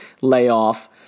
layoff